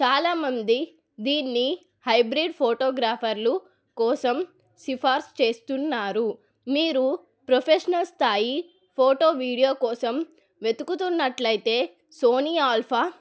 చాలామంది దీన్ని హైబ్రిడ్ ఫోటోగ్రాఫర్లు కోసం సిఫారసు చేస్తున్నారు మీరు ప్రొఫెషనల్ స్థాయి ఫోటో వీడియో కోసం వెతుకుతున్నట్లయితే సోనీ ఆల్ఫా